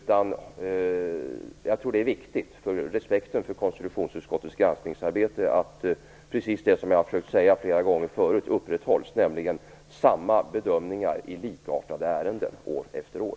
Jag tror att det är viktigt för respekten för konstitutionsutskottets granskningsarbete att man, som jag har försökt säga flera gånger förut, gör samma bedömningar i likartade ärenden år efter år.